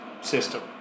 system